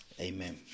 amen